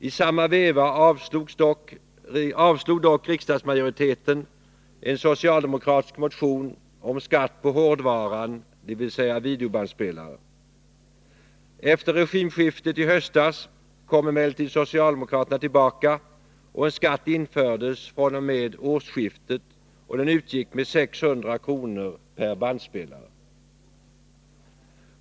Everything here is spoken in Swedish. I samma veva avslog dock riksdagsmajoriteten en socialdemokratisk motion om skatt på hårdvaran, dvs. videobandspelare. Efter regimskiftet i höstas kom emellertid socialdemokraterna tillbaka och en skatt infördes fr.o.m. årsskiftet med 600 kr. per bandspelare.